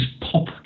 pop